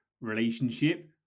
relationship